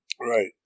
Right